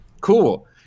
cool